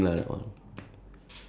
can have a heads up lah